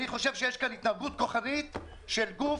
אני חושב שיש כאן התנהגות כוחנית של גוף